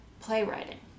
playwriting